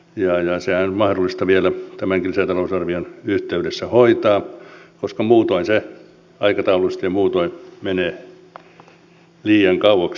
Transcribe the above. ja sehän on mahdollista vielä tämänkin lisätalousarvion yhteydessä hoitaa koska muutoin se aikataulullisesti ja muutoin menee liian kauaksi